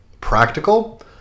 practical